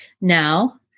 Now